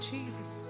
Jesus